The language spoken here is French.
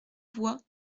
voie